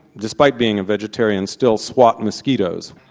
despite being a vegetarian, still swat mosquitoes.